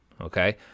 Okay